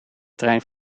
trein